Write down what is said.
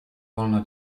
wolno